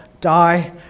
die